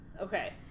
Okay